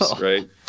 right